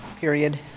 period